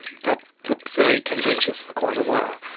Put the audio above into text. that looked very tendentious for quite a while.